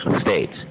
states